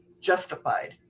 justified